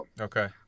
okay